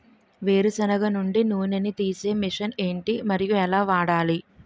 వేరు సెనగ నుండి నూనె నీ తీసే మెషిన్ ఏంటి? మరియు ఎలా వాడాలి?